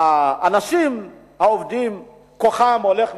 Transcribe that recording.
שהאנשים העובדים, כוחם הולך ונחלש.